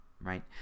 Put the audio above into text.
right